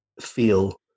feel